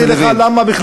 למה מה?